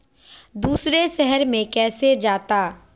दूसरे शहर मे कैसे जाता?